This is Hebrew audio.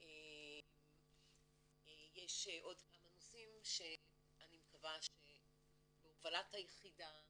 יש עוד כמה נושאים שאני מקווה שבהובלת היחידה,